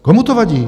Komu to vadí?